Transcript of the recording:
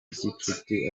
gicuti